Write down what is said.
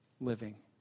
living